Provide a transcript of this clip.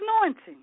anointing